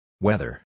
Weather